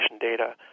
data